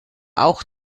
auch